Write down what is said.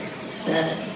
seven